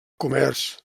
comerç